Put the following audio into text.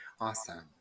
Awesome